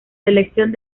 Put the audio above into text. selección